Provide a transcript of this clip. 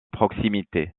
proximité